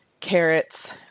carrots